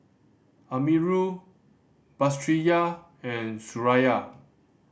Amirul Batrisya and Suraya